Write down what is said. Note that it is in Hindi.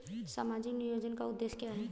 सामाजिक नियोजन का उद्देश्य क्या है?